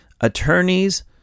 Attorneys